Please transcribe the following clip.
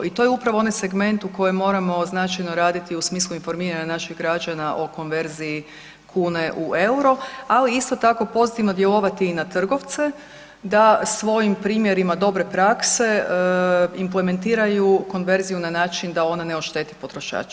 I to je upravo onaj segment u kojem moramo značajno raditi u smislu informiranja naših građana o konverziji kune u euro, ali isto tako pozitivno djelovati i na trgovce da svojim primjerima dobre prakse implementiraju konverziju na način da ona ne ošteti potrošača.